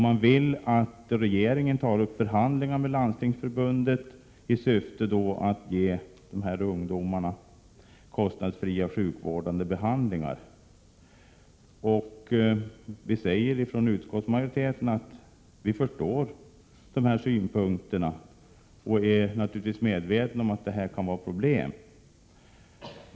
Man vill att regeringen tar upp förhandlingar med Landstingsförbundet i syfte att ge dessa ungdomar kostnadsfri sjukvårdande behandling. Vi från utskottsmajoriteten säger att vi förstår dessa synpunkter och naturligtvis är medvetna om att detta kan vara ett problem.